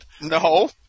No